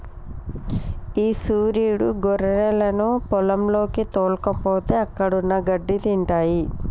ఈ సురీడు గొర్రెలను పొలంలోకి తోల్కపోతే అక్కడున్న గడ్డి తింటాయి